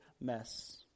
mess